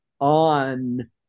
on